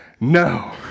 No